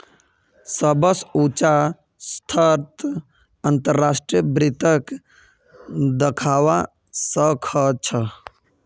सबस उचा स्तरत अंतर्राष्ट्रीय वित्तक दखवा स ख छ